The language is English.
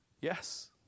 Yes